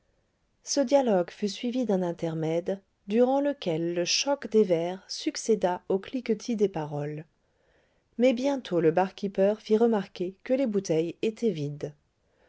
ce dialogue fut suivi d'un intermède durant lequel le choc des verres succéda au cliquetis des paroles mais bientôt le bar keeper fit remarquer que les bouteilles étaient vides